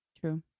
True